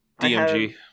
DMG